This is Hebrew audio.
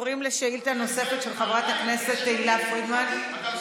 של חברת הכנסת תהלה פרידמן, מס'